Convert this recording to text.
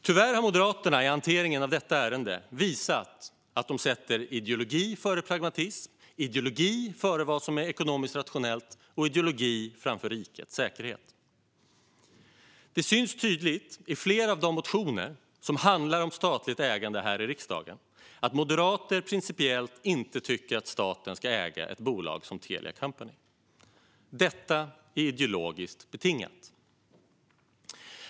Tyvärr har Moderaterna i hanteringen av detta ärende visat att de sätter ideologi före pragmatism, ideologi före vad som är ekonomisk rationellt och ideologi framför rikets säkerhet. Det syns tydligt i flera av de motioner här i riksdagen som handlar om statligt ägande att moderater principiellt inte tycker att staten ska äga ett bolag som Telia Company. Detta är ideologiskt betingat.